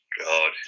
God